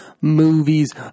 movies